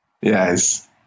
Yes